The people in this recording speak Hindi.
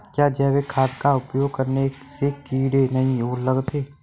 क्या जैविक खाद का उपयोग करने से कीड़े नहीं लगते हैं?